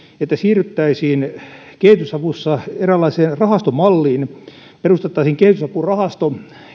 että siirryttäisiin kehitysavussa eräänlaiseen rahastomalliin perustettaisiin kehitysapurahasto